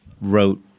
wrote